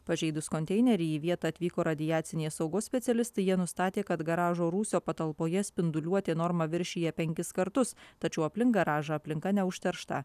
pažeidus konteinerį į vietą atvyko radiacinės saugos specialistai jie nustatė kad garažo rūsio patalpoje spinduliuotė normą viršija penkis kartus tačiau aplink garažą aplinka neužteršta